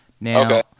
Now